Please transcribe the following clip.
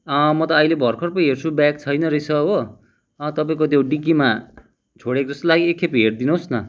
म त अहिले भर्खर प हेर्छु ब्याग छैन रहेछ हो तपाईँको त्यो डिक्कीमा छोडेको जस्तो लाग्यो एकखेप हेरिदिनुहोस् न